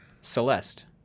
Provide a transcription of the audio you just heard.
Celeste